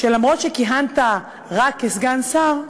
שאף שכיהנת רק כסגן שר,